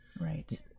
right